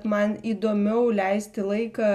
man įdomiau leisti laiką